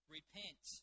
Repent